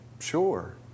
Sure